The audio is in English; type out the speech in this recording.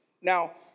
Now